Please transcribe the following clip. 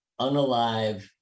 unalive